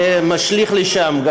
זה משליך גם לשם.